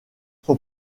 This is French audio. son